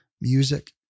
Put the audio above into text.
music